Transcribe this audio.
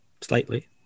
Slightly